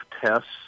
tests